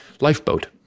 lifeboat